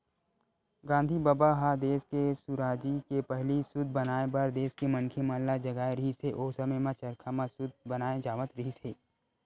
गांधी बबा ह देस के सुराजी के पहिली सूत बनाए बर देस के मनखे मन ल जगाए रिहिस हे, ओ समे म चरखा म सूत बनाए जावत रिहिस हे